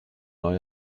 neu